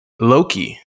Loki